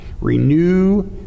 Renew